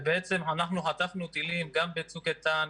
ובעצם אנחנו חטפנו טילים גם בצוק איתן,